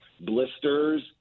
blisters